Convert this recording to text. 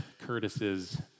Curtis's